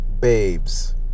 babes